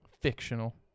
Fictional